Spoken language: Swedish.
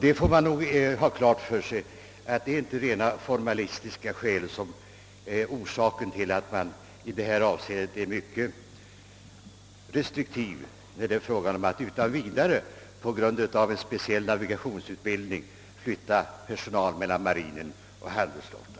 Det är nämligen mycket betydelsefullt att lasten hanteras på sådant sätt att man inte riskerar dels att lasten fördärvas, dels att fartygets stabilitet försämras.